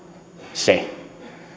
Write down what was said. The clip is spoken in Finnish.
se